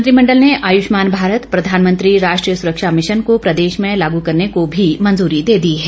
मंत्रिमंडल ने आयुष्मान भारत प्रधानमंत्री राष्ट्रीय सुरक्षा मिशन को प्रदेश में लागू करने को भी मंजूरी दे दी है